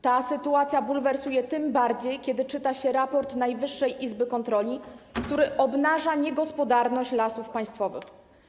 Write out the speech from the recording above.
Ta sytuacja bulwersuje jeszcze bardziej, kiedy czyta się raport Najwyższej Izby Kontroli, który obnaża niegospodarność Lasów Państwowych.